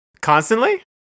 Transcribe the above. Constantly